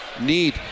need